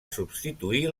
substituir